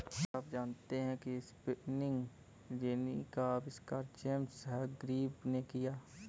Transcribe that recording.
क्या आप जानते है स्पिनिंग जेनी का आविष्कार जेम्स हरग्रीव्ज ने किया?